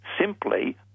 simply